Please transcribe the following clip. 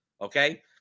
Okay